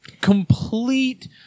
complete